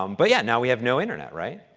um but yeah now we have no internet, right?